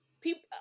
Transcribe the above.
people